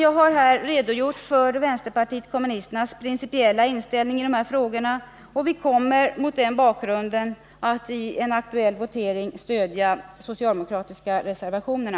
Jag har här redogjort för vänsterpartiet kommunisternas principiella inställning i de här frågorna, och vi kommer mot den bakgrunden att i en votering stödja de socialdemokratiska reservationerna.